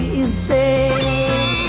insane